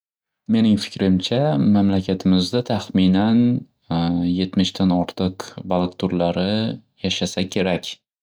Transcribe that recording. Mening fikrimcha mamlakatimizda taxminan yetmishdan ortiq balik turlari yashasa kerak.